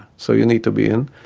so you need to be in.